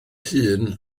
hun